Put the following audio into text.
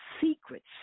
secrets